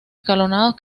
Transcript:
escalonados